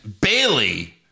Bailey